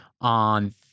on